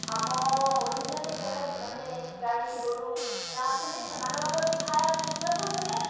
ଆମ ଓଡ଼ିଶାରେ ଯାହା ମାନେ ଗାଈ ଗୋରୁ ଯାହା ଅଛନ୍ତି ସେମାନଙ୍କର ବି ଖାଇବା ହେଇଯିବା ସଙ୍ଗେ ସଙ୍ଗେ